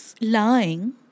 lying